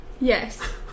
yes